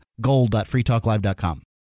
gold.freetalklive.com